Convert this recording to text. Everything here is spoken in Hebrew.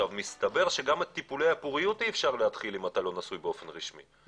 מסתבר שגם טיפולי פוריות אי אפשר להתחיל אם אתה לא נשוי באופן רשמי,